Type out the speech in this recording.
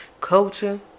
culture